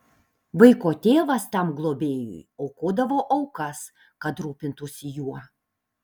vaiko tėvas tam globėjui aukodavo aukas kad rūpintųsi juo